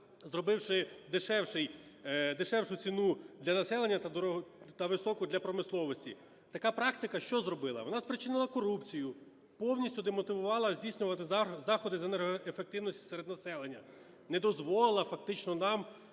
дешевший… дешевшу ціну для населення та високу для промисловості. Така практика що зробила? Вона спричинила корупцію, повністю демотивувала здійснювати заходи з енергоефективності серед населення, не дозволила фактично нам